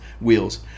wheels